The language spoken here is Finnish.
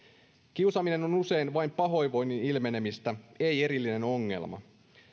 kiusaaminen on usein vain pahoinvoinnin ilmenemistä ei erillinen ongelma